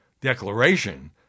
declaration